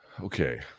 Okay